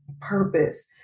purpose